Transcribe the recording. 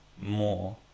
more